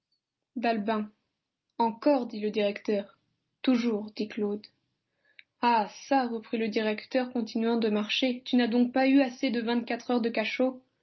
d'albin encore dit le directeur toujours dit claude ah çà reprit le directeur continuant de marcher tu n'as donc pas eu assez de vingt-quatre heures de cachot